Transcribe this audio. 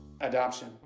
adoption